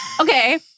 okay